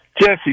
Jesse